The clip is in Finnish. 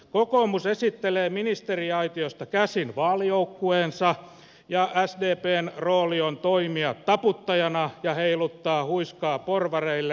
kokoomus esittelee ministeriaitiosta käsin vaalijoukkueensa ja sdpn rooli on toimia taputtajana ja heiluttaa huiskaa porvareille